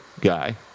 guy